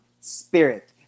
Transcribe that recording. Spirit